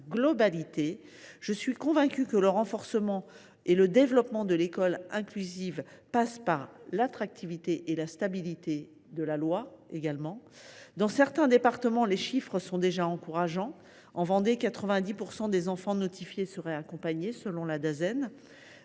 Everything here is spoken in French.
Je suis convaincue que le renforcement et le développement de l’école inclusive passent par l’attractivité et la stabilité de la loi. Dans certains départements, les chiffres sont déjà encourageants. En Vendée, 90 % des enfants ayant fait l’objet d’une